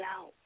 out